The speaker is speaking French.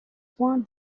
point